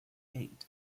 eight